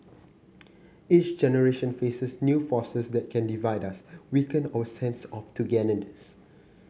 each generation faces new forces that can divide us weaken our sense of togetherness